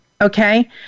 okay